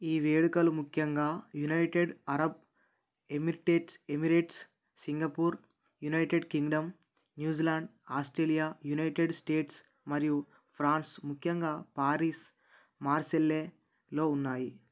ఈ వేడుకలు ప్రముఖంగా United Arab Emirates Emirates Singapore United Kingdom New Zealand Australia United States మరియు ఫ్రాన్స్ ముఖ్యంగా పారిస్ మార్సిల్లె లో ఉన్నాయి